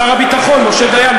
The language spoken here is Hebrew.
שר הביטחון משה דיין,